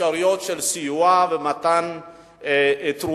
אפשרויות של סיוע ומתן תרומות.